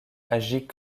agit